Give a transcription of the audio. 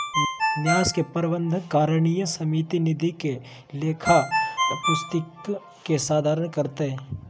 न्यास के प्रबंधकारिणी समिति निधि के लेखा पुस्तिक के संधारण करतय